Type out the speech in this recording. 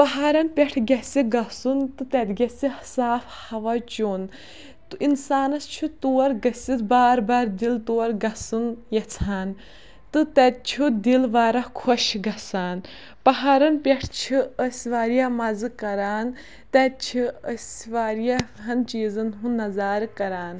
پہاڑَن پٮ۪ٹھ گژھِ گژھُن تہٕ تَتہِ گژھِ صاف ہوا چوٚن تہٕ اِنسانَس چھِ تور گٔژھِتھ بار بار دِل تور گژھُن یژھان تہٕ تَتہِ چھُ دِل واراہ خۄش گژھان پہاڑَن پٮ۪ٹھ چھِ أسۍ واریاہ مَزٕ کران تَتہِ چھِ أسۍ واریاہَن چیٖزَن ہُنٛد نظارٕ کران